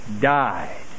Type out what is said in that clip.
died